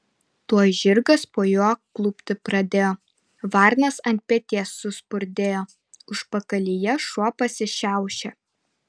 tuoj žirgas po juo klupti pradėjo varnas ant peties suspurdėjo užpakalyje šuo pasišiaušė